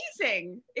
amazing